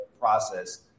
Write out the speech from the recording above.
process